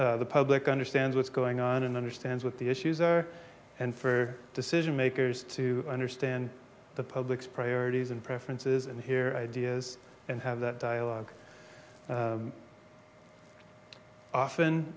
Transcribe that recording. the public understands what's going on and understand what the issues are and for decision makers to understand the public's priorities and preferences and here ideas and have that dialogue often